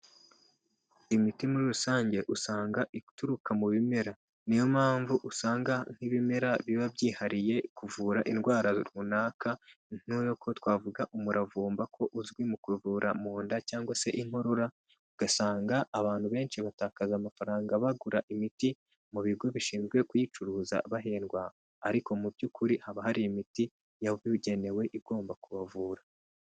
Imiti muri rusange usanga ituruka mu bimera, niyo mpamvu usanga nk'ibimera biba byihariye kuvura indwara runaka, nkuko twavuga umuravumba ko uzwi mu kuvura mu nda cyangwa se inkorora, ugasanga abantu benshi batakaza amafaranga bagura imiti mu bigo bishinzwe kuyicuruza bahendwa, ariko mu by'ukuri haba hari imiti yabugenewe igomba kubavura.